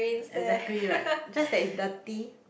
exactly right just like it's thirty